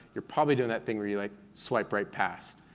you're probably doing that thing where you like swipe right past.